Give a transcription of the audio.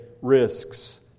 risks